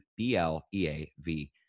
BLEAV